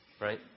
Right